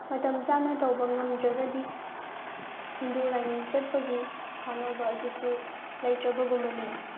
ꯃꯇꯝ ꯆꯥꯅ ꯇꯧꯕ ꯉꯝꯗ꯭ꯔꯒꯗꯤ ꯍꯤꯟꯗꯨ ꯂꯥꯏꯅꯤꯡ ꯆꯠꯄꯒꯤ ꯀꯥꯟꯅꯕ ꯑꯗꯨꯁꯨ ꯂꯩꯇ꯭ꯔꯕꯒꯨꯝꯕꯅꯤ